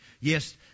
Yes